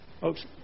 Folks